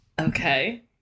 Okay